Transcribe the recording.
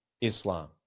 Islam